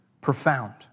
Profound